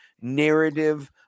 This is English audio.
narrative